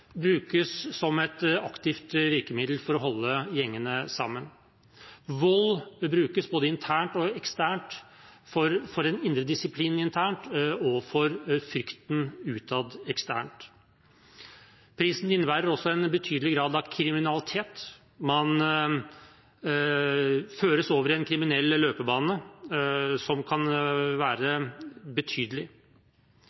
brukes som et aktivt virkemiddel for å holde gjengene sammen. Vold brukes både internt og eksternt – for indre disiplin internt og for frykten utad eksternt. Prisen innebærer også en betydelig grad av kriminalitet. Man føres over i en kriminell løpebane som kan være